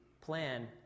plan